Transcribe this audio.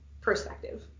perspective